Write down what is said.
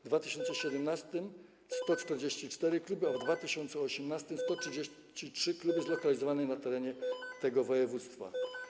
W 2017 r. - 144 kluby, a w 2018 r. - 133 kluby zlokalizowane na terenie tego województwa.